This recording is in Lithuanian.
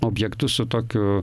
objektus su tokiu